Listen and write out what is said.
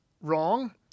wrong